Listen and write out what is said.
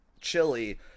chili